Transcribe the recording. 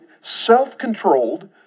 self-controlled